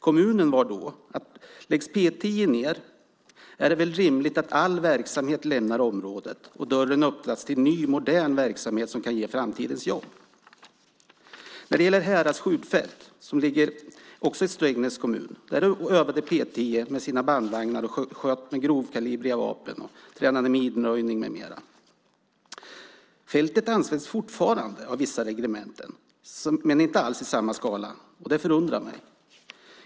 Kommunen sade då: Läggs P 10 ned är det väl rimligt att all verksamhet lämnar området och dörren öppnas för ny modern verksamhet som kan ge framtidens jobb. Härads skjutfält ligger också i Strängnäs kommun. Där övade P 10 med sina bandvagnar, sköt med grovkalibriga vapen, tränade minröjning med mera. Fältet används fortfarande av vissa regementen men inte alls i samma skala, och det förundrar mig.